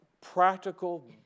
practical